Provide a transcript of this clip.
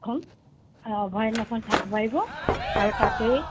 খন অভয়াৰণ্যখন চাব পাৰিব আৰু তাতেই